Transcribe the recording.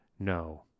no